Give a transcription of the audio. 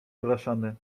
blaszany